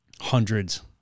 hundreds